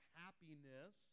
happiness